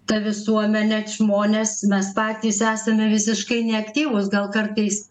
ta visuomenė žmonės mes patys esame visiškai neaktyvūs gal kartais